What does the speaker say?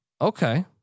Okay